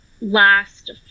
last